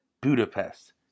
Budapest